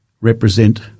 represent